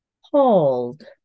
hold